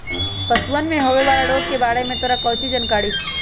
पशुअन में होवे वाला रोग के बारे में तोरा काउची जानकारी हाउ?